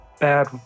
bad